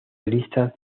listas